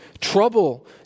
trouble